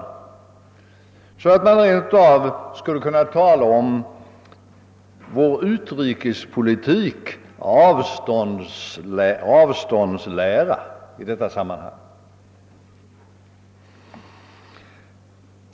Man skulle rent av kunna tala om vår utrikespolitiks avståndslära i detta sammanhang.